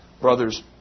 Brothers